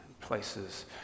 Places